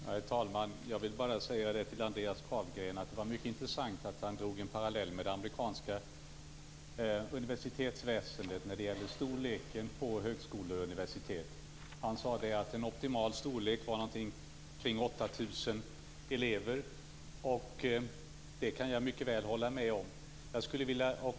Herr talman! Det var mycket intressant att höra Andreas Carlgren dra en parallell med det amerikanska universitetsväsendet när det gäller storleken på högskolor och universitet. Andreas Carlgren sade att den optimala storleken var omkring 8 000 elever. Det kan jag mycket väl hålla med om.